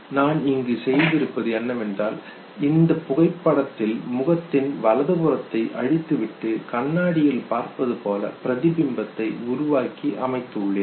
நான் இங்கு செய்திருப்பது என்னவென்றால் இந்த புகைப்படத்தில் முகத்தின் வலது புறத்தை அழித்துவிட்டு கண்ணாடியில் பார்ப்பது போல பிரதி பிம்பத்தைப் உருவாக்கிய அமைத்துள்ளேன்